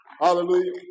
Hallelujah